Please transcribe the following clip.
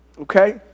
okay